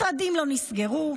משרדים לא נסגרו.